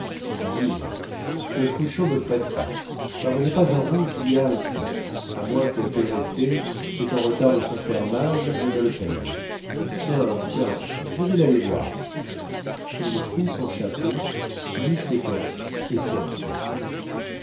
en livres que cruchot me prêtera car je n'ai pas un rouge liard ici à moins que perrottet qui est en retard de son fermage ne me le paye tiens tiens je vais l'aller voir il prit son chapeau mit ses gants et sortit